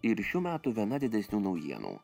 ir šių metų viena didesnių naujienų